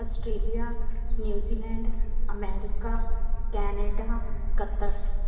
Australia New Zealand America Canada Qatar